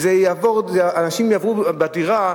אנשים יעברו דירה,